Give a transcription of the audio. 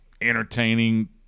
entertaining